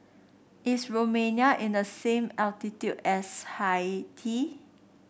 is Romania in the same latitude as Haiti